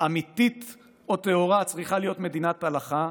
אמיתית או טהורה צריכה להיות מדינת הלכה,